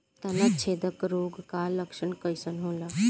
तना छेदक रोग का लक्षण कइसन होला?